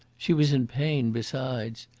she was in pain besides.